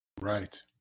Right